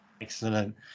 excellent